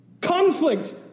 Conflict